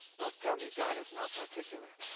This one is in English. don't tell me god is not particular.